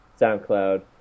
SoundCloud